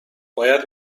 باید